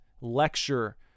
lecture